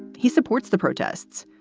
he supports the protests.